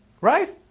right